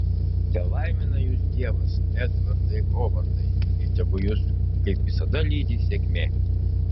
telaimina jus dievas edvardai hovardai ir tegu jus kaip visada lydi sėkmė